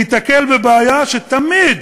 ניתקל בבעיה שתמיד